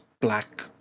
black